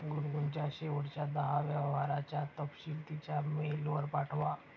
गुनगुनच्या शेवटच्या दहा व्यवहारांचा तपशील तिच्या मेलवर पाठवा